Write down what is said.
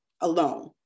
alone